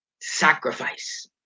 sacrifice